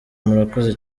murakoze